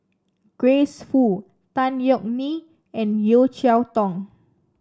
Grace Fu Tan Yeok Nee and Yeo Cheow Tong